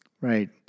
Right